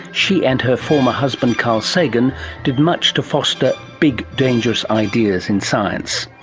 she and her former husband carl sagan did much to foster big, dangerous ideas in science.